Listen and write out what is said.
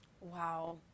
Wow